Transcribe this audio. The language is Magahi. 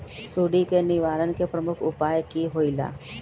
सुडी के निवारण के प्रमुख उपाय कि होइला?